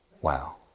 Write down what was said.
Wow